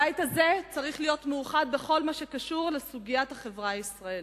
הבית הזה צריך להיות מאוחד בכל מה שקשור לסוגיית החברה הישראלית.